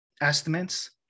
estimates